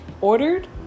ordered